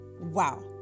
Wow